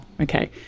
Okay